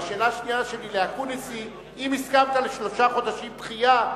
והשאלה השנייה שלי לאקוניס היא: אם הסכמת לשלושה חודשים דחייה,